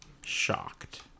shocked